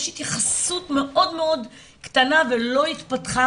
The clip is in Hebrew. התייחסות מאוד מאוד קטנה ולא התפתחה,